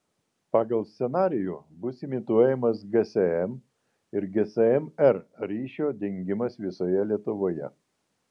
pagal scenarijų bus imituojamas gsm ir gsm r ryšio dingimas visoje lietuvoje